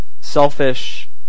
selfish